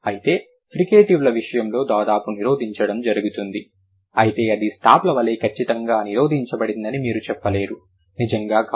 అయితే ఫ్రికేటివ్ల విషయంలో దాదాపుగా నిరోధించడం జరుగుతుంది అయితే ఇది స్టాప్ల వలె ఖచ్చితంగా నిరోధించబడిందని మీరు చెప్పలేరు నిజంగా కాదు